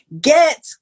get